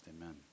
amen